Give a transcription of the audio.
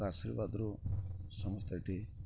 ଆଶୀର୍ବାଦରୁ ସମସ୍ତେ ଏଠି